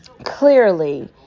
clearly